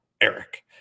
Eric